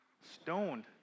stoned